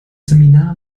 seminar